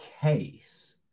case